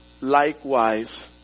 likewise